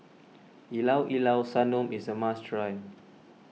Llao Llao Sanum is a must try